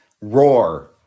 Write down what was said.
roar